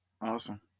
Awesome